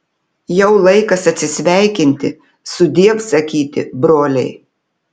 jau laikas atsisveikinti sudiev sakyti broliai